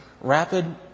rapid